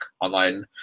online